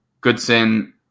Goodson